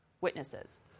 witnesses